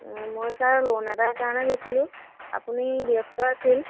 মই sir loan এটাৰ কাৰণে গৈছিলোঁ আপুনি ব্যস্ত আছিল